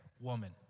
woman